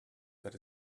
that